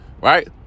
right